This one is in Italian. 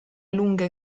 lunghe